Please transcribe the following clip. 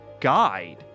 guide